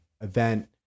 event